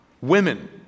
women